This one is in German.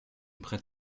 brett